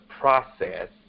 process